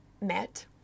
met